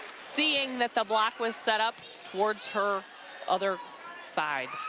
seeing that the block was set up towards her other side.